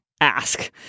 ask